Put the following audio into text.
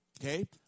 Okay